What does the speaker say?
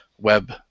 web